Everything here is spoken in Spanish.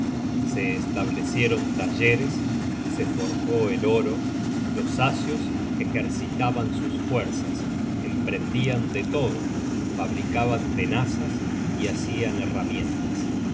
se establecieron talleres se forjó el oro los asios ejercitaban sus fuerzas emprendian de todo fabricaban tenazas y hacian herramientas